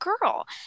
girl